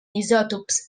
isòtops